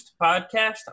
podcast